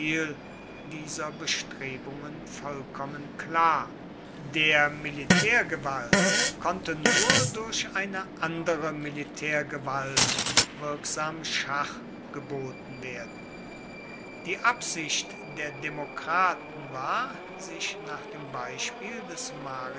dieser bestrebungen vollkommen klar der militärgewalt konnte nur durch eine andere militärgewalt wirksam schach geboten werden die absicht der demokraten war sich nach dem beispiel des